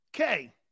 Okay